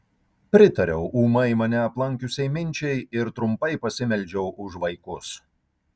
pritariau ūmai mane aplankiusiai minčiai ir trumpai pasimeldžiau už vaikus